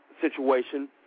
situation